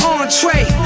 entree